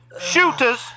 Shooters